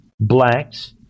blacks